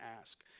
ask